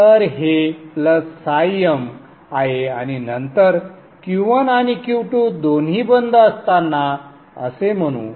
तर हे m आहे आणि नंतर Q1 आणि Q2 दोन्ही बंद असताना असे म्हणू